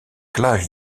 clive